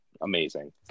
amazing